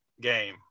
game